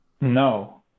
No